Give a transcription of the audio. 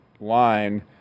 line